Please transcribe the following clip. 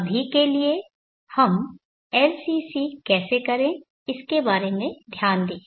अभी के लिए हम LCC कैसे करें इसके बारे में ध्यान दें